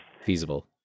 Feasible